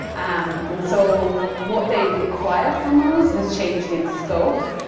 um and so what they require from us has changed in scope.